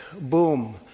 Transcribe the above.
boom